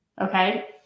okay